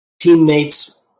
teammates